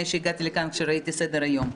שהגעתי לכאן כאשר ראיתי את סדר-היום.